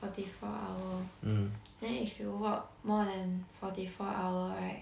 forty four hour then if you work more than forty four hour right